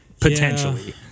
Potentially